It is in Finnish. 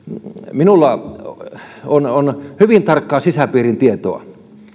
minulla on on hyvin tarkkaa sisäpiirin tietoa